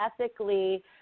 ethically